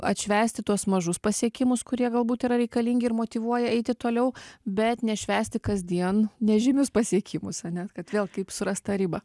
atšvęsti tuos mažus pasiekimus kurie galbūt yra reikalingi ir motyvuoja eiti toliau bet nešvęsti kasdien nežymius pasiekimus ane kad vėl kaip surast tą ribą